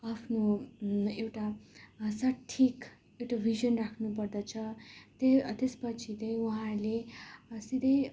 आफ्नो एउटा सठिक एउटा भिजन राख्नुपर्दछ त्यही त्यसपछि त्यही उहाँहरूले सिधै